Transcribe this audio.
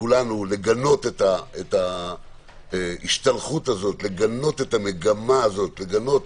לגנות את ההשתלחות הזו, את המגמה הזו, לגנות